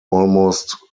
almost